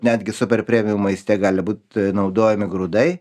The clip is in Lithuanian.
netgi super premium maiste gali būt naudojami grūdai